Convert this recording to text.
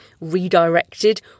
redirected